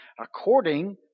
according